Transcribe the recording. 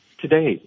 today